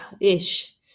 ish